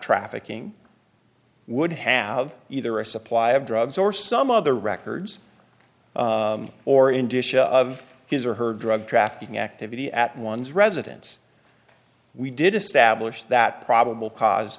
trafficking would have either a supply of drugs or some other records or in disha of his or her drug trafficking activity at one's residence we did establish that probable